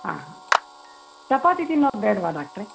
ಹಾಂ ಚಪಾತಿ ತಿನ್ನೋದು ಬೇಡವಾ ಡಾಕ್ಟ್ರೇ